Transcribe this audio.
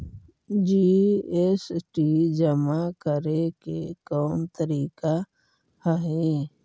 GST जमा करे के कौन तरीका हई